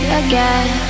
again